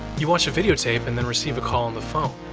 you watch a videotape and then receive a call on the phone.